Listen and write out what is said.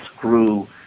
grew